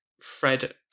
Fred